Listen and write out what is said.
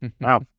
Wow